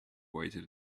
waited